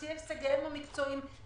בשיא הישגיהם המקצועיים,